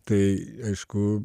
tai aišku